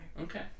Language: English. Okay